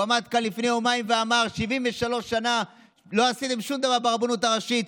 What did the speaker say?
הוא עמד כאן לפני יומיים ואמר: 73 שנה לא עשיתם שום דבר ברבנות הראשית,